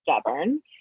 stubborn